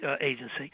Agency